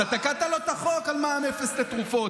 אתה תקעת לו את החוק על מע"מ אפס לתרופות,